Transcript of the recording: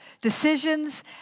decisions